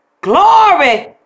Glory